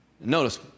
Notice